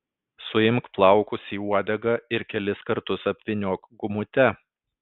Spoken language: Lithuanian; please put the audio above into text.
suimk plaukus į uodegą ir kelis kartus apvyniok gumute